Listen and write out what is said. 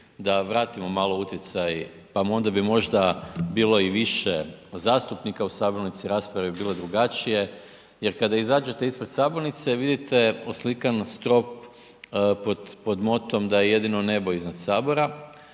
da vratimo malo utjecaj, pa onda bi možda bilo i više zastupnika u sabornici, rasprave bi bile drugačije jer kada izađete ispred sabornice vidite oslikan strop pod, pod motom da je jedino nebo iznad HS.